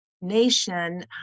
nation